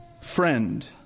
friend